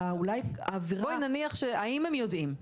האם הם יודעים?